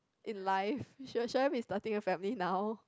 in life should I should I be starting a family now